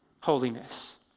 holiness